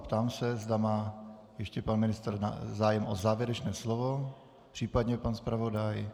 Ptám se, zda má ještě pan ministr zájem o závěrečné slovo, případně pan zpravodaj.